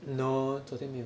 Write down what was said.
no today 没有